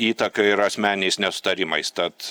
įtaka ir asmeniniais nesutarimais tad